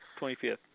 25th